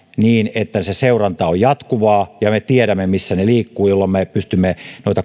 niin että seuranta on jatkuvaa ja me tiedämme missä ne liikkuvat jolloin me pystymme